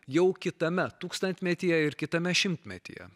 jau kitame tūkstantmetyje ir kitame šimtmetyje